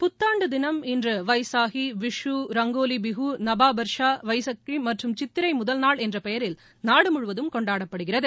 புத்தாண்டுதினம் இன்று வைசாஹி விஷூ ரங்கோலிபிகு நபாபாஷா வைசக்கரிமற்றும் சித்திரைமுதல் நாள் என்றபெயரில் நாடுமுழுவதம் கொண்டாடப்படுகிறது